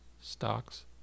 Stocks